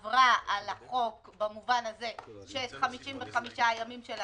עבר על החוק במובן הזה שב-55 הימים שלה